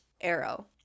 arrow